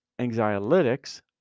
anxiolytics